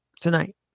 tonight